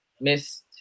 missed